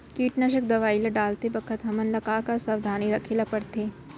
कीटनाशक दवई ल डालते बखत हमन ल का का सावधानी रखें ल पड़थे?